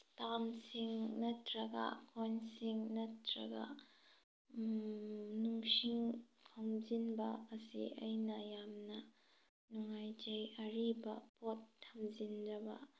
ꯁ꯭ꯇꯥꯝꯁꯤꯡ ꯅꯠꯇ꯭ꯔꯒ ꯀꯣꯏꯟꯁꯤꯡ ꯅꯠꯇ꯭ꯔꯒ ꯅꯨꯡꯁꯤꯡ ꯈꯣꯝꯖꯤꯟꯕ ꯑꯁꯤ ꯑꯩꯅ ꯌꯥꯝꯅ ꯅꯨꯡꯉꯥꯏꯖꯩ ꯑꯔꯤꯕ ꯄꯣꯠ ꯊꯝꯖꯤꯟꯖꯕ